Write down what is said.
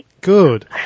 Good